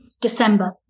December